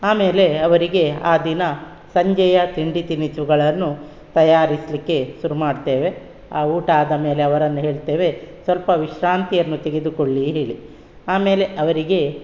ಆಮೇಲೆ ಅವರಿಗೆ ಆ ದಿನ ಸಂಜೆಯ ತಿಂಡಿ ತಿನಿಸುಗಳನ್ನು ತಯಾರಿಸಲಿಕ್ಕೆ ಶುರು ಮಾಡ್ತೇವೆ ಆ ಊಟ ಆದ ಮೇಲೆ ಅವರನ್ನು ಹೇಳ್ತೇವೆ ಸ್ವಲ್ಪ ವಿಶ್ರಾಂತಿಯನ್ನು ತೆಗೆದುಕೊಳ್ಳಿ ಹೇಳಿ ಆಮೇಲೆ ಅವರಿಗೆ